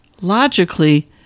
logically